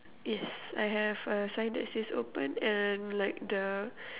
yes I have a sign that says open and like the